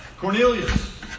Cornelius